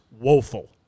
woeful